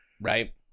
Right